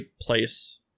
place